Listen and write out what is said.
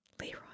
Leroy